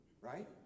right